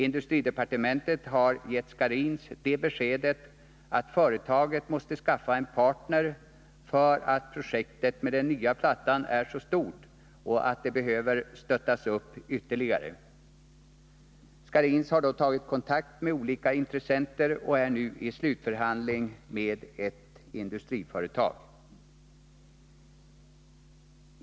Industridepartementet har gett Scharins beskedet att företaget måste skaffa 129 en partner därför att projektet med den nya plattan är stort och behöver stöttas upp ytterligare. Scharins har tagit kontakt med olika intressenter och är nu i slutförhandling med ett industriföretag.